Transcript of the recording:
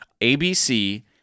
ABC